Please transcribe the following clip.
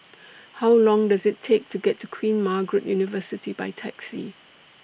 How Long Does IT Take to get to Queen Margaret University By Taxi